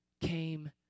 came